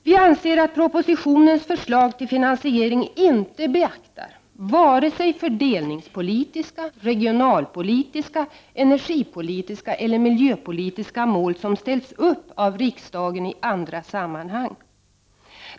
Vi anser att propositionens förslag till finansiering inte beaktar vare sig de fördelningspolitiska, regionalpolitiska, energipolitiska eller miljöpolitiska mål som ställts upp av riksdagen i andra sammanhang.